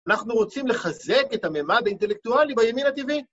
אנחנו רוצים לחזק את המימד האינטלקטואלי בימין הטבעי.